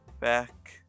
back